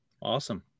Awesome